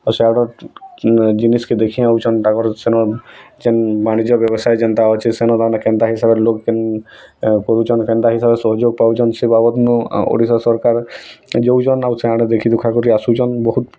ଆଉ ସେଇଟା ଜିନିଷ୍କେ ଦେଖି ଆଉଚେଁ ତାଙ୍କର ସେନୁ ଯିନ୍ ବାଣିଜ୍ୟ ବ୍ୟବସାୟ ଯେନ୍ତା ଅଛି ସେନୁ ନ ହେଲେ କେନ୍ତା ହିସାବରେ ଲୋକ କିନ୍ କରୁଛନ୍ କେନ୍ତା ହିସାବରେ ସହଯୋଗ ପାଉଛନ୍ ସେ ବାବଦନୁ ଆ ଓଡ଼ିଶା ସରକାର ଯୋଉ ଯୋଉ ନଉଛ ଆଡ଼ ଦେଖି ଦୁଖା କରି ଆସୁଛନ୍ ବହୁତ୍